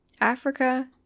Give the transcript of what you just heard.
Africa